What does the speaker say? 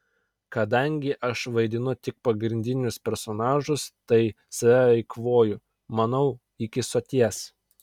kadangi aš vaidinu tik pagrindinius personažus tai save eikvoju manau iki soties